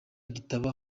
igitabo